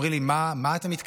אומרים לי: מה אתה מתכוון?